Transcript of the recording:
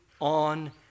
on